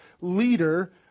leader